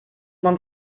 man